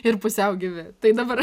ir pusiau gyvi tai dabar